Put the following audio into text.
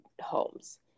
homes